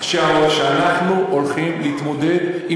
שאנחנו הולכים להתמודד,